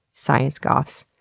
science goths.